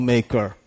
Maker